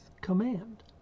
command